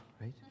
right